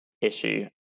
issue